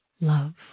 love